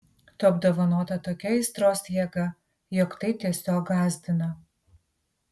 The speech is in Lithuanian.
tu apdovanota tokia aistros jėga jog tai tiesiog gąsdina